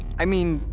i mean,